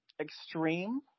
extreme